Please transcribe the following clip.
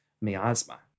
miasma